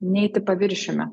neiti paviršiumi